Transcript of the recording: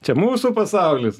taip čia mūsų pasaulis